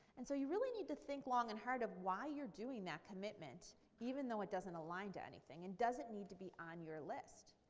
and so you really need to think long and hard of why you're doing that commitment even though it doesn't align to anything and doesn't need to be no your list,